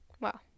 wow